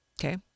Okay